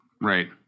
Right